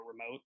remote